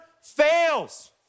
fails